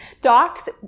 Docs